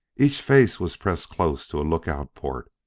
each face was pressed close to a lookout port.